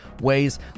ways